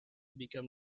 become